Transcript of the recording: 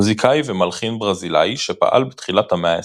מוזיקאי ומלחין ברזילאי שפעל בתחילת המאה העשרים.